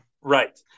Right